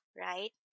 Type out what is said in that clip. right